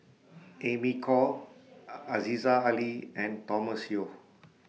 Amy Khor Aziza Ali and Thomas Yeo